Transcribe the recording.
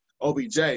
OBJ